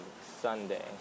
Sunday